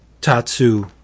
Tatsu